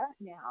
now